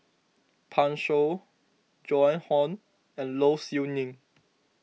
Pan Shou Joan Hon and Low Siew Nghee